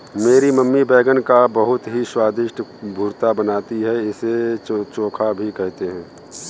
मेरी मम्मी बैगन का बहुत ही स्वादिष्ट भुर्ता बनाती है इसे चोखा भी कहते हैं